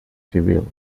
civil